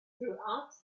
throughout